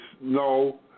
no